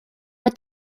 mit